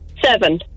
Seven